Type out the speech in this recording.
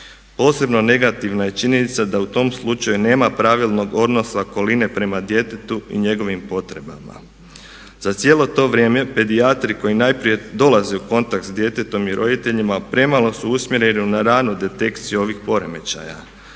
Posebno negativna je činjenica da u tom slučaju nema pravilnog odnosa okoline prema djetetu i njegovim potrebama. Za cijelo to vrijeme pedijatri koji najprije dolaze u kontakt s djetetom i roditeljima premalo su usmjereni na ranu detekciju ovih poremećaja,